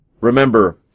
Remember